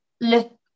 look